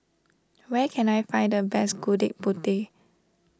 where can I find the best Gudeg Putih